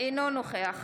אינו נוכח